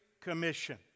Commission